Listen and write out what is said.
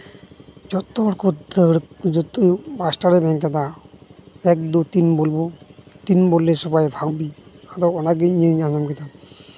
ᱡᱚᱛᱚ ᱦᱚᱲᱠᱚ ᱫᱟᱹᱲ ᱡᱚᱛᱚ ᱢᱟᱥᱴᱟᱨ ᱠᱚ ᱢᱮᱱ ᱠᱮᱫᱟ ᱮᱠ ᱫᱩ ᱛᱤᱱ ᱵᱚᱞᱵᱚ ᱛᱤᱱ ᱵᱚᱞᱞᱮ ᱥᱚᱵᱟᱭ ᱵᱷᱟᱜᱽᱵᱤ ᱟᱫᱚ ᱚᱱᱟᱜᱮ ᱤᱧᱤᱧ ᱟᱸᱡᱚᱢ ᱠᱮᱫᱟ